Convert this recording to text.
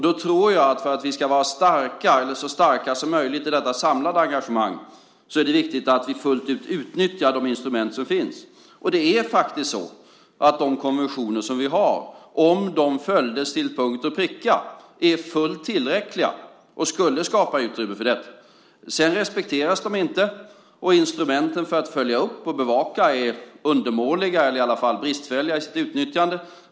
Då tror jag att för att vi ska vara så starka som möjligt i detta samlade engagemang är det viktigt att vi fullt ut utnyttjar de instrument som finns. De konventioner som vi har är, om de följdes till punkt och pricka, fullt tillräckliga och skulle skapa utrymme för detta. Men de respekteras inte, och instrumenten för att följa upp och bevaka är undermåliga eller i alla fall bristfälligt utnyttjade.